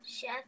Chef